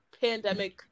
pandemic